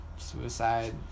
suicide